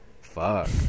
Fuck